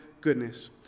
goodness